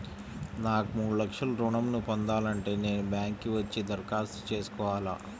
నాకు మూడు లక్షలు ఋణం ను పొందాలంటే నేను బ్యాంక్కి వచ్చి దరఖాస్తు చేసుకోవాలా?